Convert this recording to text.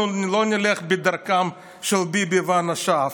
אנחנו לא נלך בדרכם של ביבי ואנשיו.